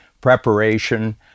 preparation